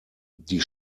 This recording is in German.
die